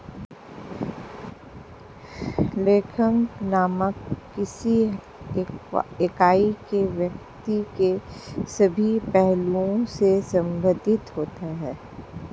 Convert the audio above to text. लेखांकन मानक किसी इकाई के वित्त के सभी पहलुओं से संबंधित होता है